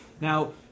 Now